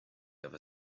other